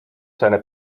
seine